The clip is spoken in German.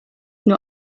nur